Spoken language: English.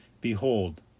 Behold